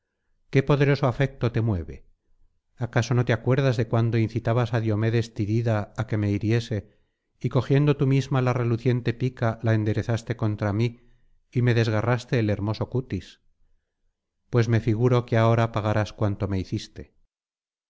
qué poderoso afecto te mueve acaso no te acuerdas de cuando incitabas á diomedes tidida á que me hiriese y cogiendo td misma la reluciente pica la enderezaste contra mí y me desgarraste el hermoso cutis pues me figuro que ahora pagarás cuanto me hiciste